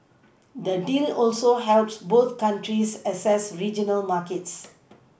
the deal also helps both countries access regional markets